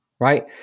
right